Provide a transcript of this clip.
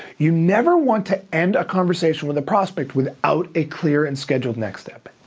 you never want to end a conversation with a prospect without a clear and scheduled next step,